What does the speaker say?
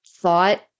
thought